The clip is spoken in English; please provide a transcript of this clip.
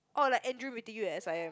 oh like Andrew meeting you at S_I_M